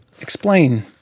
explain